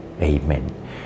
Amen